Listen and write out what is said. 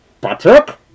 Patrick